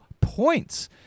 points